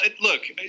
look